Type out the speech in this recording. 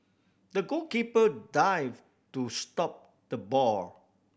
the goalkeeper dived to stop the ball